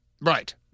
Right